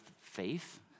faith